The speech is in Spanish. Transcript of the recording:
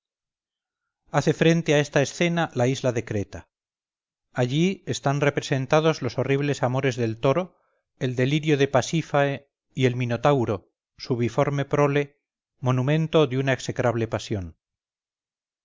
hace frente a esta escena la isla de creta allí están representados los horribles amores del toro el delirio de pasífae y el minotauro su biforme prole monumento de una execrable pasión